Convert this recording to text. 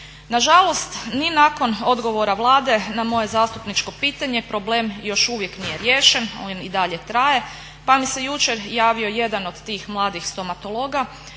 Na žalost ni nakon odgovora Vlade na moje zastupničko pitanje problem još uvijek nije riješen, on i dalje traje. Pa mi se jučer javio jedan od tih mladih stomatologa